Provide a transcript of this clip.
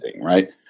Right